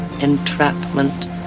entrapment